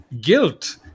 guilt